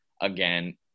again